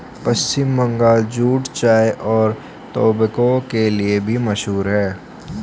पश्चिम Bengal jute चाय और tobacco के लिए भी मशहूर है